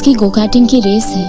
go-carting race